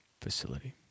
facility